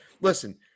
Listen